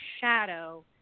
shadow